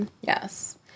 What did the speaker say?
Yes